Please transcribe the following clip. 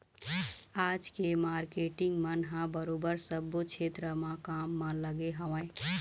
आज के मारकेटिंग मन ह बरोबर सब्बो छेत्र म काम म लगे हवँय